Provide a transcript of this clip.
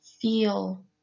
feel